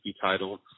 title